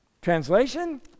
Translation